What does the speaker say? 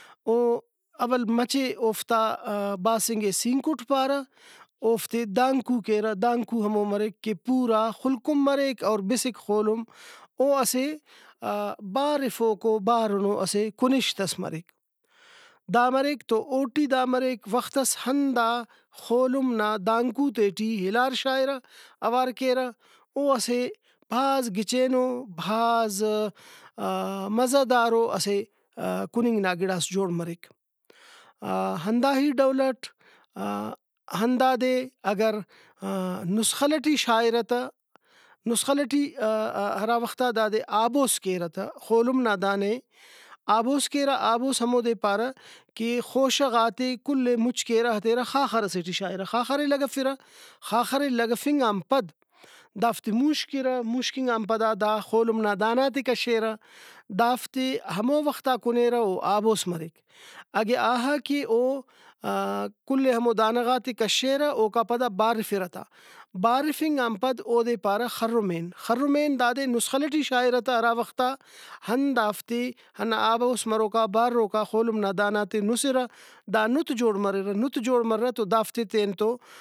او اول مچہ اوفتا باسنگے سینکُٹ پارہ اوفتے دانکو کیرہ دانکو ہمو مریک کہ پُورا خُلکُن مریک اور بِسک خولم او اسہ بارفوکو بارُنو اسہ کُنشت ئس مریک با مریک تو اوٹی دا مریک وختس ہندا خولم نا دانکو تے ٹی ہلار شاغرہ اوار کیرہ او اسہ بھاز گچینو بھاز مزہ دارو اسہ کُننگ نا گڑاس جوڑ مریک۔ ہنداہی ڈولٹ ہندادے اگر نسخل شاغرہ نسخل ٹی ہراوختا آبوس کیرہ تہ خولم نا دانہ ئے آبوس کیرہ آبوس ہمودے پارہ کہ خوشہ غاتے کُلے مُچ کیرہ ہتیرہ خاخر ئسے ٹی شاغرہ خاخرے لگفرہ خاخرے لگفنگان پد دافتے مُوشکرہ مُوشکنگان پدا دا خولم نا دانہ آتے کشیرہ دافتے ہمو وختا کُنیرہ او آبوس مریک۔ اگہ آہا کہ او کلے ہمو دانہ غاتے کشیرہ اوکا پدا بارفرہ تا۔ بارفنگان پد اودے پارہ خرمین خرمین دادے نسخل ٹی شاغرہ تہ ہراوختا ہندافتے ہندا آبوس مروکا باروکا خولم نا دانہ غاتے نُسرہ دا نُت جوڑ مریرہ نُت جوڑ مریرہ تو دافتے تینتو